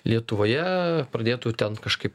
lietuvoje pradėtų ten kažkaip